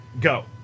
go